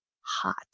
hot